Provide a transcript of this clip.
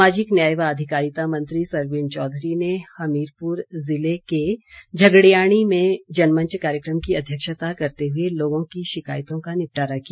सामाजिक न्याय व अधिकारिता मंत्री सरवीण चौधरी ने हमीरपुर जिले के झगड़ियाणी में जनमंच कार्यक्रम की अध्यक्षता करते हुए लोगों की शिकायतों का निपटारा किया